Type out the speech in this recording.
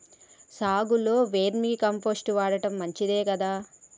సాగులో vermicompost వాడటం మంచిదే కదా?